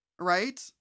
Right